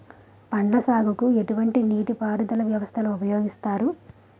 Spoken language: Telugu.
పండ్ల సాగుకు ఎటువంటి నీటి పారుదల వ్యవస్థను ఉపయోగిస్తారు?